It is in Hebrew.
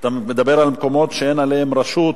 אתה מדבר על מקומות שאין עליהם רשות,